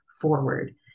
forward